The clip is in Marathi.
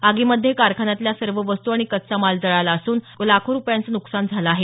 आगीमध्ये कारखान्यातल्या सर्व वस्तू आणि कच्चा माल जळाला असून लाखो रुपयांचं नुकसान झालं आहे